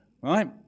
right